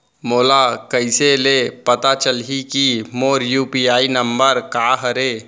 मोला कइसे ले पता चलही के मोर यू.पी.आई नंबर का हरे?